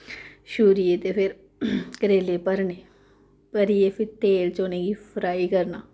शूरियै ते फिर करेले भरने भरियै फिर तेल च उ'नें गी फ्राई करना